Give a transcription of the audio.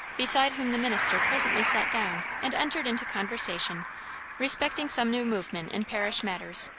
beside whom the minister presently sat down and entered into conversation respecting some new movement in parish matters,